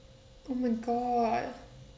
oh my god